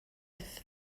aeth